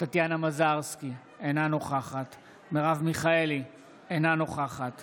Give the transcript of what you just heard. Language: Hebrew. טטיאנה מזרסקי, אינה נוכחת מרב מיכאלי, אינה נוכחת